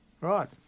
Right